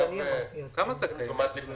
אני לא יודע אם אתה מעורה בנושא הזה עליו אני הולך